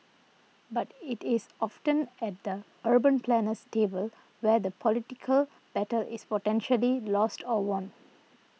but it is often at the urban planner's table where the political battle is potentially lost or won